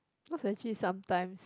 cause actually sometimes